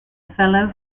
fellow